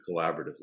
collaboratively